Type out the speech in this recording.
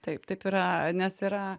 taip taip yra nes yra